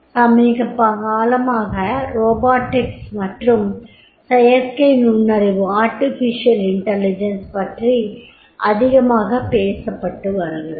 சமீப காலமாக ரோபாட்டிக்ஸ் மற்றும் செயற்கை நுண்ணறிவு பற்றி அதிகமாகப் பேசப்பட்டு வருகிறது